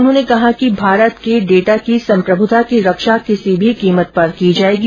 उन्होंने कहा कि भारत के डेटा की संप्रभुता की रक्षा किसी भी कीमत पर की जायेगी